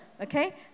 okay